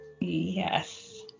yes